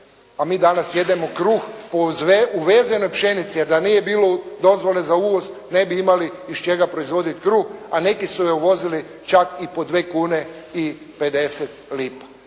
a mi danas jedemo kruh uvezene pšenice, a da nije bilo dozvole za uvoz, ne bi imali iz čega proizvoditi kruh, a neki su je uvozili čak i po 2 kune i 50 lipa.